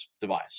device